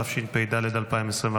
התשפ"ד 2024,